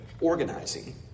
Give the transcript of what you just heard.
organizing